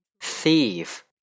thief